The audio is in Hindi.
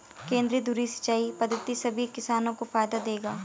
केंद्रीय धुरी सिंचाई पद्धति सभी किसानों को फायदा देगा